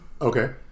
Okay